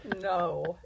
No